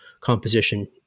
composition